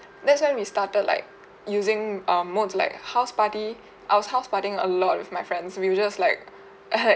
that's why we started like using um modes like house party I was house partying a lot with my friends we were just like ahead